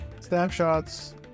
snapshots